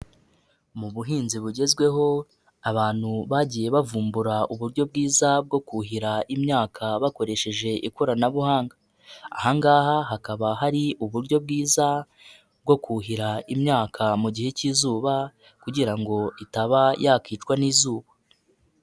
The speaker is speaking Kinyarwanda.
Mu buhinzi bugezweho abantu bagiye bavumbura uburyo bwiza bwo kuhira imyaka bakoresheje ikoranabuhanga, aha ngaha hakaba hari uburyo bwiza bwo kuhira imyaka mu gihe cy'izuba kugira ngo itaba yakicwa n'izuba.